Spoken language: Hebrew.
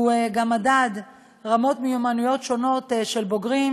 מדד גם רמות מיומנויות שונות של בוגרים